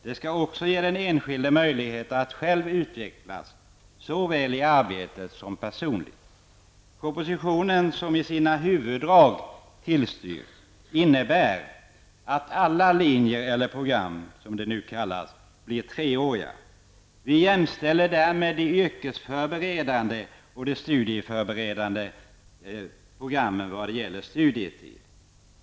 Den skall också ge den enskilde möjlighet att själv utvecklas såväl i arbetet som personligt. Propositionen, som i sina huvuddrag tillstyrks, innebär att alla linjer eller program -- som de nu kallas -- blir treåriga. Vi jämställer därmed de yrkesförberedande och de studieförberedande programmen vad gäller studietid.